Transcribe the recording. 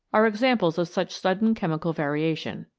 are examples of such sudden chemical variation.